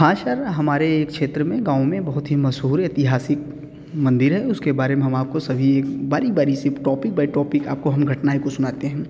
हाँ शहर में हमारे एक क्षेत्र में गाँव में बहुत ही मशहूर ऐतिहासिक मंदिर है उसके बारे में हम आपको सभी एक बारी बारी से टौपीक बाय टौपीक आपको हम घटनाएँ को सुनाते हैं